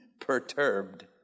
perturbed